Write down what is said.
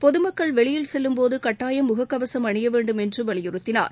பொது மக்கள் வெளியில் செல்லும் போது கட்டாயம் முகக்கவசம் அணிய வேண்டும் என்று வலியுறுத்தினார்